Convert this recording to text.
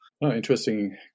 Interesting